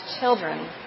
children